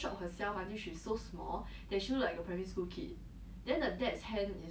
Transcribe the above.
可是他本来就很瘦了为什么要弄到自己更瘦